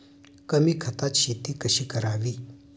कमी खतात शेती कशी करावी?